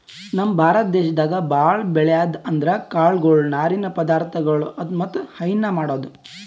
ನಮ್ ಭಾರತ ದೇಶದಾಗ್ ಭಾಳ್ ಬೆಳ್ಯಾದ್ ಅಂದ್ರ ಕಾಳ್ಗೊಳು ನಾರಿನ್ ಪದಾರ್ಥಗೊಳ್ ಮತ್ತ್ ಹೈನಾ ಮಾಡದು